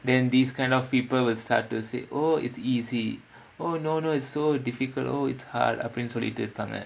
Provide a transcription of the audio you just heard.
then these kind of people will start to say oh it's easy oh no no it's so difficult oh it's hard அப்டினு சொல்லிட்டு இருப்பாங்க:apdinu sollittu iruppaanga